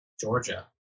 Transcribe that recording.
Georgia